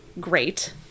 great